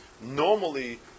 Normally